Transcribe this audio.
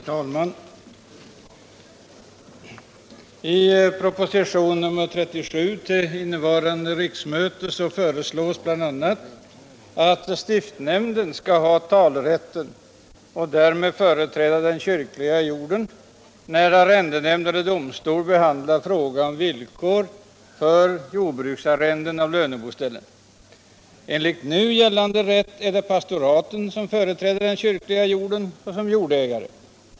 Herr talman! I propositionen nr 37 till innevarande riksmöte föreslås bl.a. att stiftsnämnden skall ha talerätten och därmed företräda den kyrkliga jorden när arrendenämnd eller domstol behandlar fråga om villkor för jordbruksarrenden av löneboställen. Enligt nu gällande rätt är det pastoraten som företräder den kyrkliga jorden såsom jordägare.